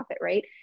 right